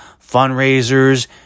fundraisers